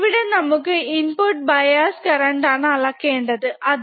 ഇവിടെ നമുക്ക് ഇൻപുട്ബയാസ് കറന്റാണ് അളക്കേണ്ടത് അത്